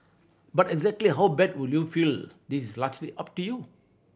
but exactly how bad would you will feel is largely up to you